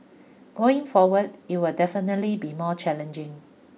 going forward it will definitely be more challenging